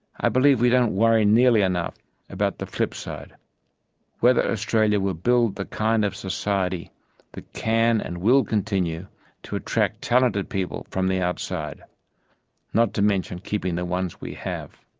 i believe we don't worry nearly enough about the flip side whether australia will build the kind of society that can and will continue to attract talented people from the outside not to mention keeping the ones we have.